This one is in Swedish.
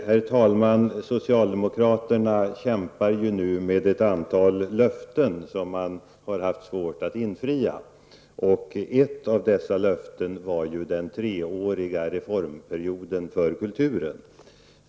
Herr talman! Socialdemokraterna kämpar ju nu med ett antal löften som man har haft svårt att infria. Ett av dessa löften var löftet om den treåriga reformperioden för kulturen.